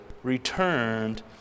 returned